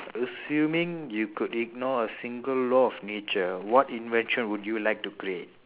assuming you could ignore a single law of nature what invention would you like to create